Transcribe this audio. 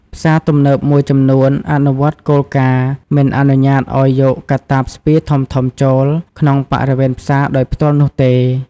ផ្សារទំនើបមួយចំនួនអនុវត្តគោលការណ៍ មិនអនុញ្ញាតឱ្យយកកាតាបស្ពាយធំៗចូល ក្នុងបរិវេណផ្សារដោយផ្ទាល់នោះទេ។